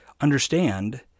understand